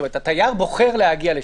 זאת אומרת, התייר בוחר להגיע לשם,